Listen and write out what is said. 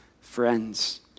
friends